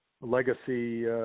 legacy